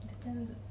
depends